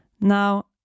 Now